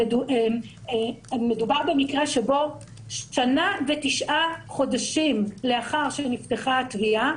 מדובר במקרה שבו שנה ותשעה חודשים לאחר שנפתחה התביעה,